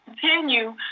continue